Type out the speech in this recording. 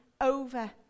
over